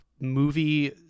movie